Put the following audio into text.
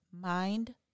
mind